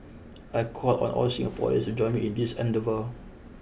I call on all Singaporeans to join me in this endeavour